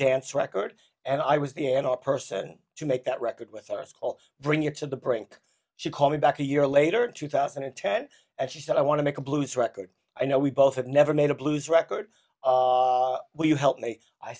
dance record and i was the n r person to make that record with our school bring it to the brink she called me back a year later two thousand and ten and she said i want to make a blues record i know we both never made a blues record will you help me i